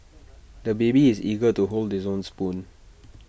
the baby is eager to hold his own spoon